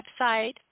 website